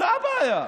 אתה הבעיה.